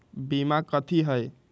बीमा कथी है?